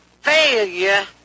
failure